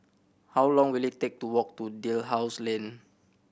how long will it take to walk to Dalhousie Lane